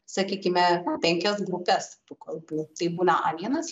sakykime penkias grupes tų kalbų tai būna a vienas